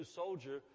soldier